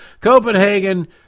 Copenhagen